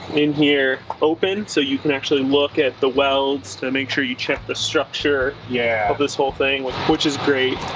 in here open, so you can actually look at the welds to make sure you check the structure, for yeah this whole thing which which is great.